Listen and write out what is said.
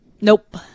Nope